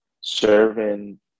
serving